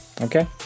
Okay